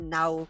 now